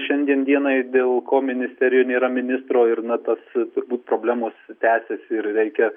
šiandien dienai dėl ko ministerijoj nėra ministro ir na tas turbūt problemos tęsiasi ir reikia